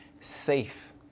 safe